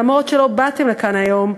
אפילו שלא באתם לכאן היום: